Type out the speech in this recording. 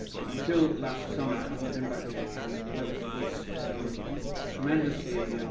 and until last summer, hadn't been back to japan but was um tremendously